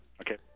Okay